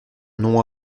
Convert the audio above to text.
nom